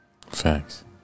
Thanks